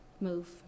move